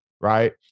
right